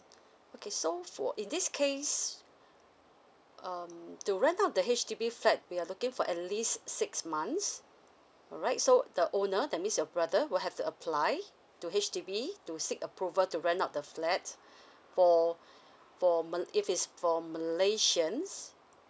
okay so for in this case um to rent out the H_D_B flat we are looking for at least six months alright so the owner that means your brother will have to apply to H_D_B to seek approval to rent out the flat for for mal~ if it's for malaysians